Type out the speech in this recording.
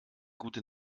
gute